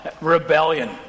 Rebellion